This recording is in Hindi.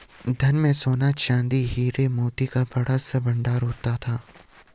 धन में सोना, चांदी, हीरा, मोती का बड़ा सा भंडार होता था